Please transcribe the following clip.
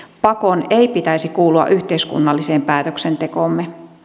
pakon ei pitäisi kuulua yhteiskunnalliseen päätöksentekoomme